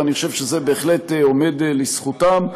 ואני חושב שזה בהחלט עומד לזכותם.